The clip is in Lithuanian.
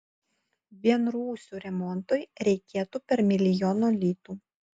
vien rūsių remontui reikėtų per milijono litų